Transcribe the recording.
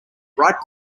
bright